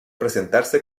presentarse